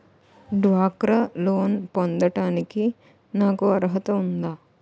డ్వాక్రా లోన్ పొందటానికి నాకు అర్హత ఉందా?